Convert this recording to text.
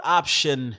option